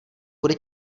bude